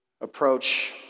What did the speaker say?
approach